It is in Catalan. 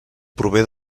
prové